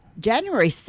January